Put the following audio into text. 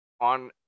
on